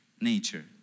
nature